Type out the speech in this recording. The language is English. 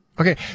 Okay